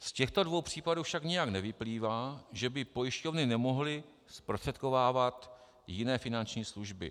Z těchto dvou případů však nijak nevyplývá, že by pojišťovny nemohly zprostředkovávat jiné finanční služby.